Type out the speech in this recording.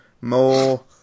more